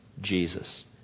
Jesus